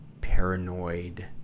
paranoid